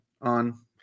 on